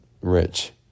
rich